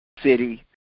city